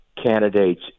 candidates